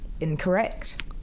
Incorrect